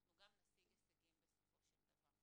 אנחנו גם נשיג הישגים כל הזמן,